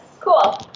Cool